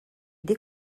des